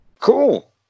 Cool